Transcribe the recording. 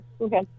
Okay